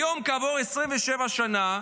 היום כעבור 27 שנה,